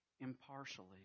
impartially